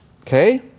Okay